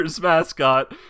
mascot